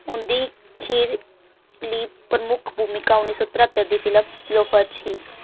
उं'दी खीरली प्रमुख भूमिका उन्नी सौ तर्हत्तर दी फिल्म लोफर च ही